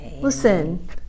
Listen